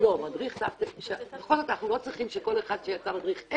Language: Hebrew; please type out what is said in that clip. אנחנו לא צריכים שכל אחד שיצא מדריך,